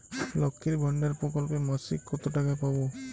লক্ষ্মীর ভান্ডার প্রকল্পে মাসিক কত টাকা পাব?